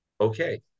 Okay